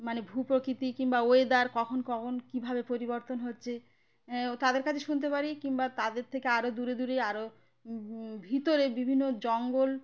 মানে ভূপ্রকৃতি কিংবা ওয়েদার কখন কখন কীভাবে পরিবর্তন হচ্ছে ও তাদের কাছে শুনতে পারি কিংবা তাদের থেকে আরও দূরে দূরে আরও ভিতরে বিভিন্ন জঙ্গল